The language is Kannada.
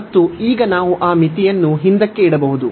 ಮತ್ತು ಈಗ ನಾವು ಆ ಮಿತಿಯನ್ನು ಹಿಂದಕ್ಕೆ ಇಡಬಹುದು